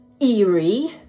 eerie